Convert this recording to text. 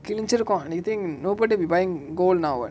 கிழிஞ்சிருக்கு:kilinjirukku anything nobody be buying gold now [what]